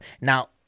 Now